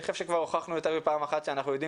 אני חושב שכבר הוכחנו יותר מפעם אחת שאנחנו יודעים